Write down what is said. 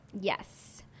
Yes